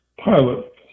pilot